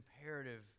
imperative